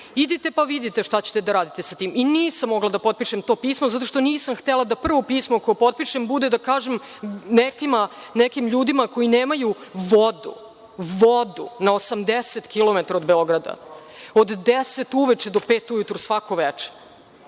idite pa vidite šta ćete da radite sa tim. Nisam mogla da potpišem to pismo zato što nisam htela da prvo pismo koje potpišem bude da kažem nekim ljudima koji nemaju vodu, vodu, na 80 kilometara od Beograda, od deset uveče do pet ujutru svako veče